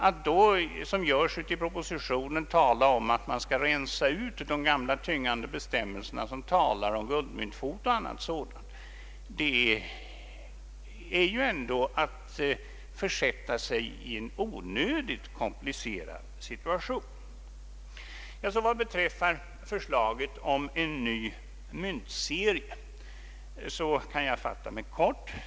Att då, som görs i propositionen, tala om att rensa ut de gamla tyngande bestämmelserna om guldmyntfot och annat sådant är ändå att försätta sig i en onödigt komplicerad situation. Vad så beträffar förslaget om en ny myntserie kan jag fatta mig kort.